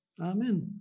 amen